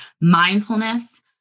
mindfulness